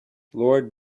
lord